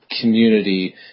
community